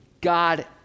God